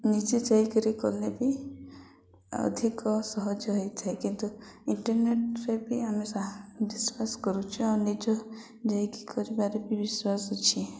ନିଜେ ଯାଇକିରି କଲେ ବି ଅଧିକ ସହଜ ହେଇଥାଏ କିନ୍ତୁ ଇଣ୍ଟରନେଟ୍ରେ ବି ଆମେ ବିଶ୍ୱାସ କରୁଛୁ ଆଉ ନିଜ ଯାଇକି କରିବାରେ ବି ବିଶ୍ୱାସ ଅଛି